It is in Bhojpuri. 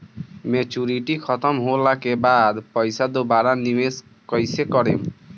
मेचूरिटि खतम होला के बाद पईसा दोबारा निवेश कइसे करेम?